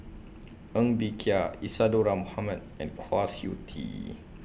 Ng Bee Kia Isadhora Mohamed and Kwa Siew Tee